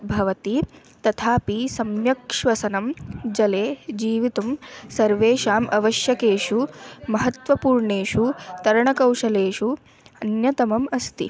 भवति तथापि सम्यक् श्वसनं जले जीवितुं सर्वेषाम् अवश्यकेषु महत्त्वपूर्णेषु तरणकौशलेषु अन्यतमम् अस्ति